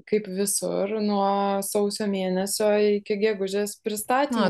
kaip visur nuo sausio mėnesio iki gegužės pristatymo